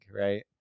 right